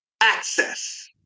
access